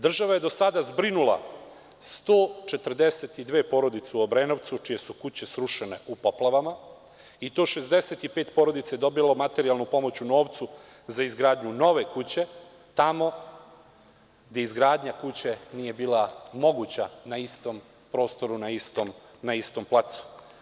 Država je do sada zbrinula 142 porodice u Obrenovcu čije su kuće srušene u poplavama, i to 65 porodica je dobilo materijalnu pomoć u novcu za izgradnju nove kuće tamo gde izgradnja kuće nije bila moguća na istom prostoru, na istom placu.